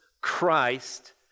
Christ